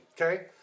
Okay